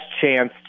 chance